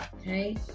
Okay